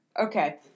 Okay